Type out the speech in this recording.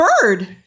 bird